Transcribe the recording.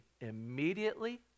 immediately